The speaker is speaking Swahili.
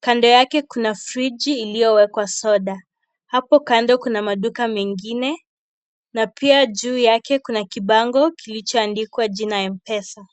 kando yake kuna fridge iliyowekwa soda, hapo kando kuna maduka mengine na pia juu yake kuna kibango kilichoandikwa jina Mpesa.